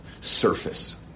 surface